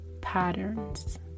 patterns